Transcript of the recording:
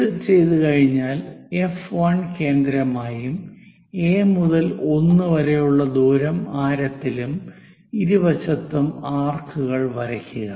ഇത് ചെയ്തുകഴിഞ്ഞാൽ എഫ് 1 കേന്ദ്രമായും എ മുതൽ 1 വരെയുള്ള ദൂരം ആരത്തിലും ഇരുവശത്തും ആർക്കുകൾ വരയ്ക്കുക